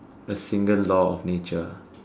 a single law of nature